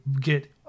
get